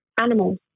animals